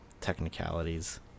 technicalities